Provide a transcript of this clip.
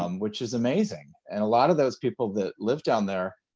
um which is amazing. and a lot of those people that live down there,